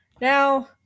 Now